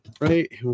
right